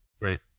Great